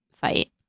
fight